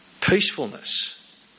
peacefulness